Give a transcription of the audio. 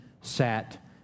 sat